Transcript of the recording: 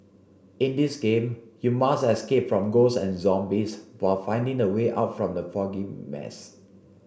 in this game you must escape from ghosts and zombies while finding the way out from the foggy maze